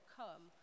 come